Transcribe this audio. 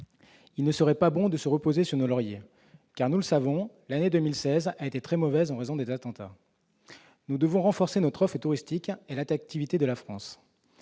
Il ne serait pas bon de se reposer sur nos lauriers. Car, nous le savons, l'année 2016 a été très mauvaise en raison des attentats. Nous devons renforcer notre offre touristique et l'attractivité de la France.